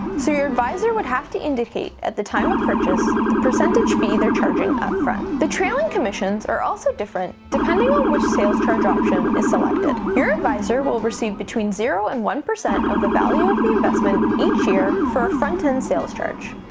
so your advisor would have to indicate at the time of purchase the percentage fee they're charging up front. the trailing commissions are also different depending on which sales charge option is selected. your advisor will receive between zero percent and one percent of the value of the investment each year for a front-end sales charge,